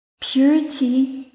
purity